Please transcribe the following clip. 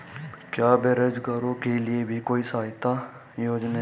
क्या बेरोजगारों के लिए भी कोई सहायता योजना है?